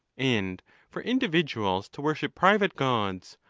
and for individuals to vorship private gods,